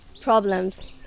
problems